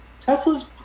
Tesla's